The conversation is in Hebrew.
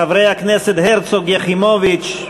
חברי הכנסת הרצוג, יחימוביץ,